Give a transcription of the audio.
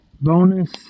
bonus